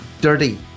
dirty